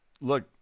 look